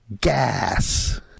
gas